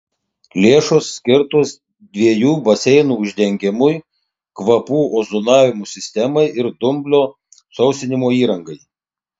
lėšos skirtos dviejų baseinų uždengimui kvapų ozonavimo sistemai ir dumblo sausinimo įrangai